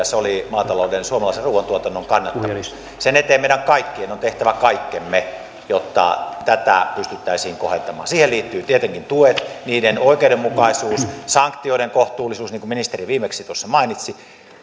se oli maatalouden suomalaisen ruuantuotannon kannattavuus sen eteen meidän kaikkien on tehtävä kaikkemme jotta tätä pystyttäisiin kohentamaan siihen liittyvät tietenkin tuet niiden oikeudenmukaisuus sanktioiden kohtuullisuus niin kuin ministeri viimeksi tuossa mainitsi